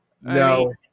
No